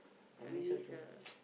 I miss her too